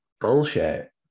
bullshit